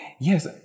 Yes